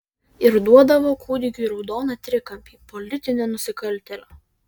ir duodavo kūdikiui raudoną trikampį politinio nusikaltėlio